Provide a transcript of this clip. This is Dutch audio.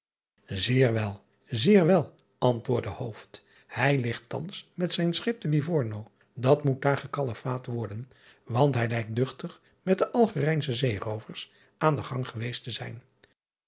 eer wel zeer wel antwoordde ij ligt thans met zijn schip te ivorno at moet daar gekalfaat worden want hij lijkt duchtig met de lgerijnsche zeeroovers aan den gang geweest te zijn